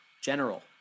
general